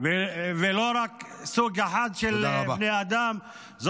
ולא רק לסוג אחד של בני אדם -- תודה רבה.